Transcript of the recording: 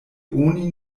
oni